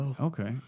Okay